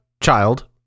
child